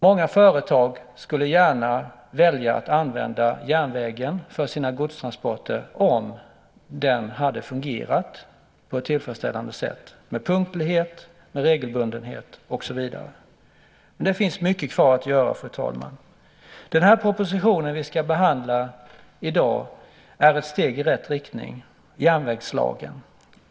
Många företag skulle gärna välja att använda järnvägen för sina godstransporter om den hade fungerat på ett tillfredsställande sätt med punktlighet, regelbundenhet och så vidare. Det finns mycket kvar att göra, fru talman. Den proposition vi ska behandla i dag är ett steg i rätt riktning - järnvägslagen.